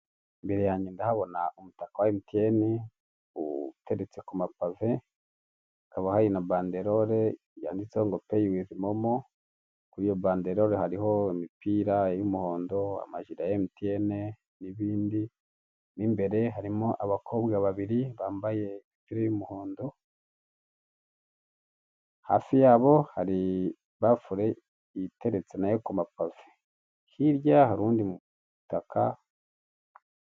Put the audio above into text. Imbere yanjye ndahabona umuta wa MTN uteretse ku mapave hakaba hari na bandelole yanditseho ngo pay with momo, kuri iyo bandelore hariho imipira y'umuhondo, amajire ya MTN n'ibindi, mo imbere harimo abakobwa babiri bambaye imipira y'umuhondo, hafi yabo hari bafure iteretse na yo ku mapave. Hirya hari undi mutaka...